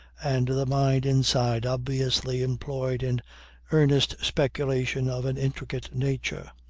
and the mind inside obviously employed in earnest speculation of an intricate nature.